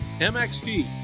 MXD